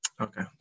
Okay